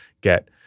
get